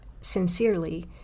sincerely